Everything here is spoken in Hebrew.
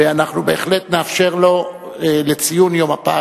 ואנחנו בהחלט נאפשר לו, לציון יום הפג,